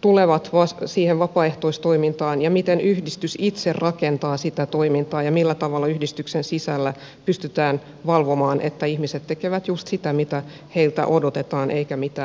tulevat siihen vapaaehtoistoimintaan ja miten yhdistys itse rakentaa sitä toimintaa ja millä tavalla yhdistyksen sisällä pystytään valvomaan että ihmiset tekevät just sitä mitä heiltä odotetaan eivätkä mitään muuta